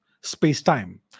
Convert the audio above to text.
space-time